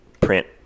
print